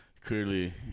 clearly